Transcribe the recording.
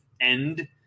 end